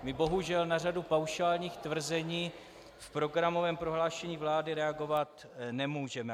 My bohužel na řadu paušálních tvrzení v programovém prohlášení vlády reagovat nemůžeme.